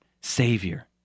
Savior